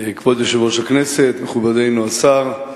כבוד יושב-ראש הכנסת, מכובדנו השר,